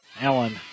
Allen